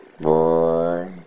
Boy